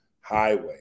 highway